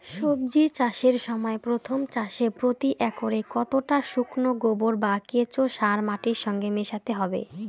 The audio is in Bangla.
সবজি চাষের সময় প্রথম চাষে প্রতি একরে কতটা শুকনো গোবর বা কেঁচো সার মাটির সঙ্গে মেশাতে হবে?